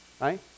right